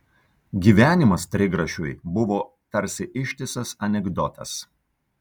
gyvenimas trigrašiui buvo tarsi ištisas anekdotas